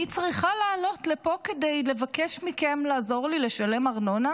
אני צריכה לעלות לפה כדי לבקש מכם לעזור לי לשלם ארנונה?